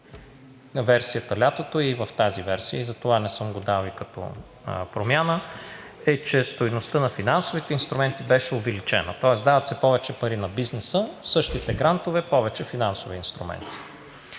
версията – лятото, и в тази версия, и затова не съм го дал като промяна, е, че стойността на финансовите инструменти беше увеличена, тоест дават се повече пари на бизнеса, същите грантове – повече финансови инструменти.